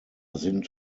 sind